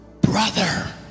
brother